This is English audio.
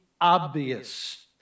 obvious